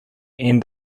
end